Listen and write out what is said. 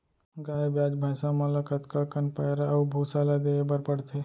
गाय ब्याज भैसा मन ल कतका कन पैरा अऊ भूसा ल देये बर पढ़थे?